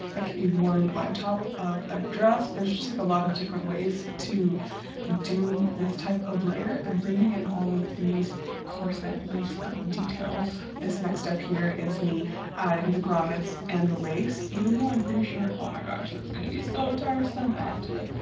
it could be worn on top of a dress there's just like a lot of different ways to do this type of layer. i'm bringing in all of these course that lace up details this next step here is me adding the grommets and the lace even though i'm pretty sure oh my gosh that's gonna be so tiresome after